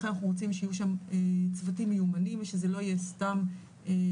לכן אנחנו רוצים שיהיו שם צוותים מיומנים שזה לא יהיה סתם טיפול,